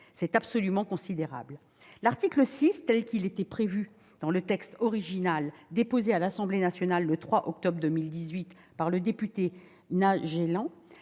C'est absolument considérable ! L'article 6, tel qu'il était prévu dans le texte original déposé à l'Assemblée nationale le 3 octobre 2018 par le député Naegelen